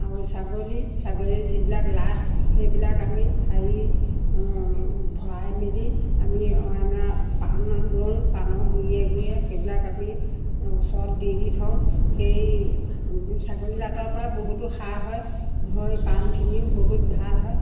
আৰু ছাগলী ছাগলীৰ যিবিলাক লাট সেইবিলাক আমি হেৰি ভৰাই মেলি আমি অন্য পাণ ৰোওঁ পাণৰ গুৰিয়ে গুৰিয়ে সেইবিলাক আমি ওচৰত দি দি থওঁ সেই ছাগলী লাটৰ পৰা বহুতো সাৰ হয় হৈ পাণখিনিও বহুত ভাল হয়